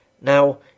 Now